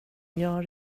jag